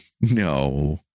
no